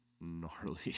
gnarly